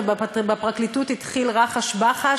ובפרקליטות התחיל רחש-בחש,